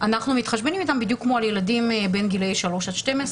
-- אנחנו מתחשבנים איתם בדיוק כמו על ילדים בגילאי 3-12,